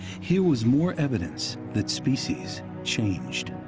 here was more evidence that species changed.